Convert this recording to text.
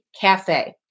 cafe